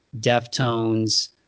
deftones